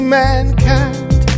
mankind